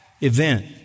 event